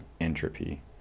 entropy